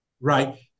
right